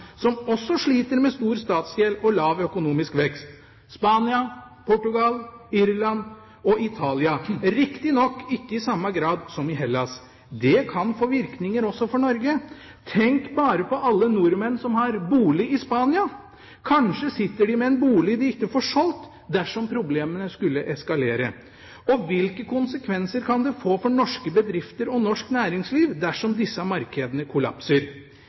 som også sliter med stor statsgjeld og lav økonomisk vekst, Spania, Portugal, Irland og Italia – riktignok ikke i samme grad som i Hellas. Det kan få virkninger også for Norge. Tenk bare på alle nordmenn som har bolig i Spania. Kanskje sitter de med en bolig de ikke får solgt dersom problemene skulle eskalere. Og hvilke konsekvenser kan det få for norske bedrifter og norsk næringsliv dersom disse markedene kollapser?